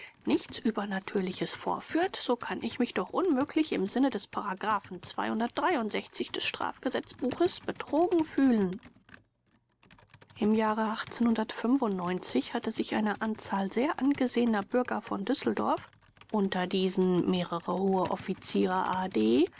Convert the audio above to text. nichts übernatürliches vorführt so kann ich mich doch unmöglich im sinne des des strafgesetzbuches betrogen fühlen im jahre hatte sich eine anzahl sehr angesehener bürger von düsseldorf unter diesen mehrere höhere offiziere a d